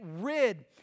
rid